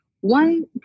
one